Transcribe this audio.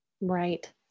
Right